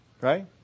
right